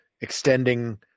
extending